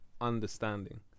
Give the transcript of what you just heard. understanding